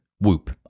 Whoop